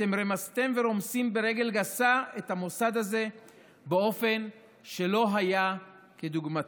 אתם רמסתם ורומסים ברגל גסה את המוסד הזה באופן שלא היה כדוגמתו.